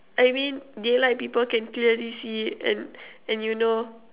I mean daylight people can clearly see and and you know